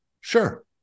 Sure